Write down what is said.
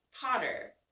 Potter